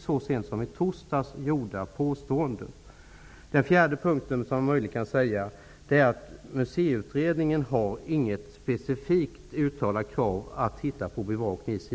så sent som i torsdags gjorda påståendet? För det fjärde: Museiutredningen har inte i sina direktiv något specifikt uttalat krav att se över bevakningen.